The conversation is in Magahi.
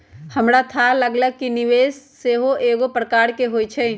हमरा थाह लागल कि निवेश सेहो कएगो प्रकार के होइ छइ